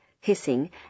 hissing